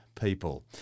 people